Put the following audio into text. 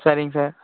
சரிங்க சார்